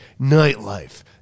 nightlife